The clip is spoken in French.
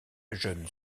jeune